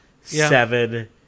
seven